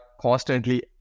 constantly